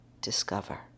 discover